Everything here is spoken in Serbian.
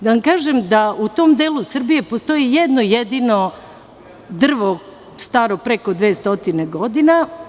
Da vam kažem da u tom delu Srbije postoji jedno jedino drvo staro preko 200 godina.